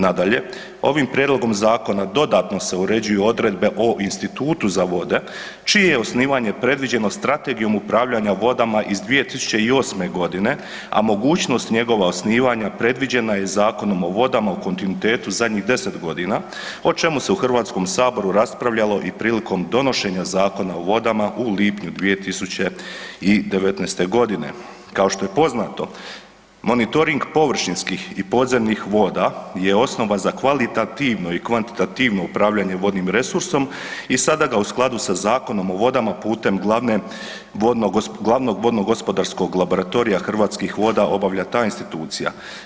Nadalje, ovim prijedlogom zakona dodatno se uređuju odredbe o Institutu za vode čije je osnivanje predviđeno strategijom upravljanja vodama iz 2008.g., a mogućnost njegova osnivanja predviđena je Zakonom o vodama u kontinuitetu zadnjih 10.g., o čemu se u HS raspravljalo i prilikom donošenja Zakona o vodama u lipnju 2019.g. Kao što je poznato, monitoring površinskih i podzemnih voda je osnova za kvalitativno i kvantitativno upravljanje vodnim resursom i sada ga u skladu sa Zakonom o vodama putem glavnog vodno gospodarskog laboratorija Hrvatskih voda obavlja ta institucija.